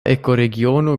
ekoregiono